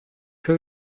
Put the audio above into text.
que